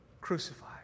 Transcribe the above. crucified